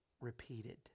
repeated